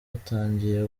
rutangiye